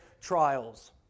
trials